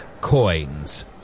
coins